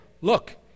look